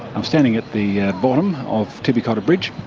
i'm standing at the bottom of tibby cotter bridge.